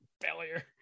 failure